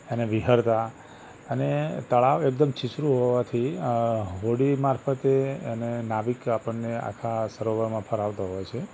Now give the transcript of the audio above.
એને વિહરતાં અને તળાવ એકદમ છીછરું હોવાથી હોડી મારફતે એને નાવિક આપણને આખા સરોવરમાં ફરાવતો હોય છે